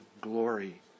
glory